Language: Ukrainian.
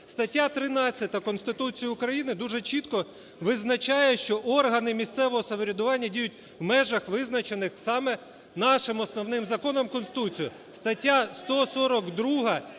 Стаття 13 Конституції України дуже чітко визначає, що органи місцевого самоврядування діють в межах, визначених саме нашим основним законом Конституцією. Стаття 142